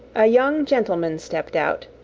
a young gentleman stepped out,